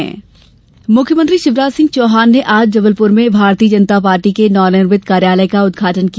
भाजपा कार्यालय मुख्यमंत्री शिवराज सिंह चौहान ने आज जबलपुर में भारतीय जनता पार्टी के नवनिर्मित कार्यालय का उद्घाटन किया